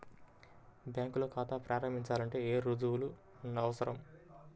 బ్యాంకులో ఖాతా ప్రారంభించాలంటే ఏ రుజువులు అవసరం?